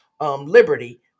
Liberty